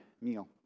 meal